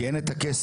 כי אין את הכסף.